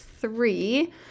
three